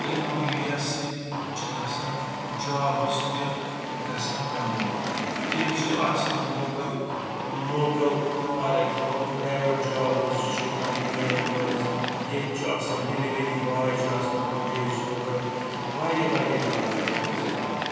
اَمہِ میٖڈیا سۭتۍ چھُ گژھان جابٕز تہِ گژھان پریٚموٹ کیٚنٛہہ چھُ آسان local local for example private jobs چھِ کَمپٔنین منٛز ییٚتہِ چھُ آسان ڈیٚلِؤری بوے چھُ آسان کُنہِ جایہِ ضروٗرت واریاہ واریاہ جاب چھِ گژھان اَمہِ سۭتۍ پریٚموٹ